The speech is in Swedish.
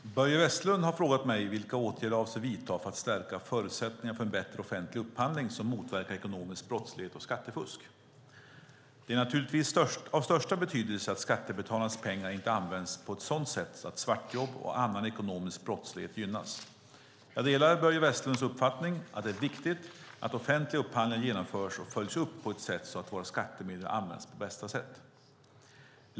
Fru talman! Börje Vestlund har frågat mig vilka åtgärder jag avser att vidta för att stärka förutsättningarna för en bättre offentlig upphandling som motverkar ekonomisk brottslighet och skattefusk. Det är naturligtvis av största betydelse att skattebetalarnas pengar inte används på ett sådant sätt att svartjobb och annan ekonomisk brottslighet gynnas. Jag delar Börje Vestlunds uppfattning att det är viktigt att offentliga upphandlingar genomförs och följs upp på ett sätt så att våra skattemedel används på bästa sätt.